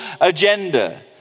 agenda